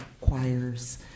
choirs